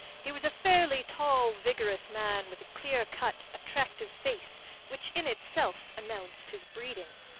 he was a fairly tall, vigorous man with a clear-cut, attractive face which in itself announced his breeding.